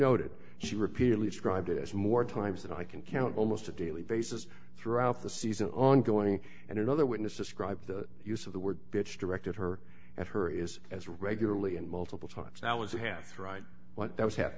noted she repeatedly described it as more times than i can count almost a daily basis throughout the season ongoing and another witness described the use of the word bitch directed her and her is as regularly and multiple times now as it hath right what that was ha